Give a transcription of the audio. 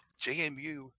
JMU